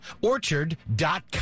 Orchard.com